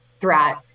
throughout